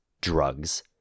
drugs